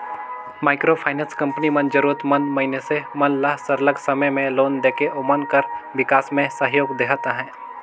micro finance company मन जरूरत मंद मइनसे मन ल सरलग समे में लोन देके ओमन कर बिकास में सहयोग देहत अहे